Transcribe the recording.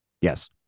Yes